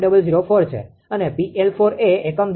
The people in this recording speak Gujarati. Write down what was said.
004 છે અને 𝑃𝐿4 એકમ દીઠ 0